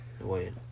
Wait